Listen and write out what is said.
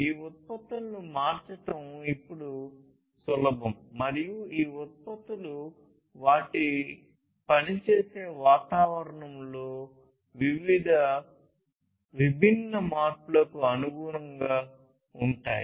ఈ ఉత్పత్తులను మార్చడం ఇప్పుడు సులభం మరియు ఈ ఉత్పత్తులు వాటి పని చేసే వాతావరణం లో విభిన్న మార్పులకు అనుగుణంగా ఉంటాయి